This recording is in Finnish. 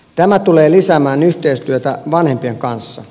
tämä tulee lisäämään yhteistyötä vanhempien kanssa